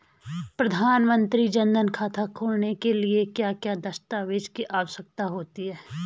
प्रधानमंत्री जन धन खाता खोलने के लिए क्या क्या दस्तावेज़ की आवश्यकता होती है?